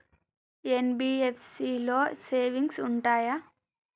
NBFC లో savings ఉంటయా?